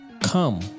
come